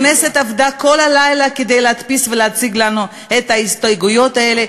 הכנסת עבדה כל הלילה כדי להדפיס ולהציג לנו את ההסתייגויות האלה,